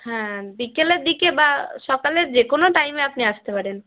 হ্যাঁ বিকেলের দিকে বা সকালে যে কোনো টাইমে আপনি আসতে পারেন